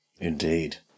Indeed